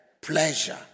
pleasure